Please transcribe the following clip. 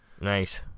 Nice